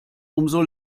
umso